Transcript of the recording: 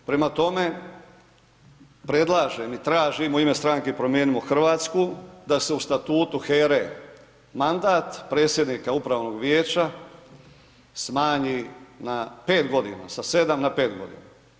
Prema tome, predlažem i tražim u ime stranke Promijenimo Hrvatsku, da se u statutu HERA-e mandat predsjednika Upravnog vijeća smanji na 5 godina, sa 7 na 5 godina.